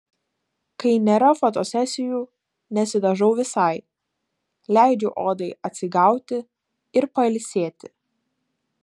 kai nėra fotosesijų nesidažau visai leidžiu odai atsigauti ir pailsėti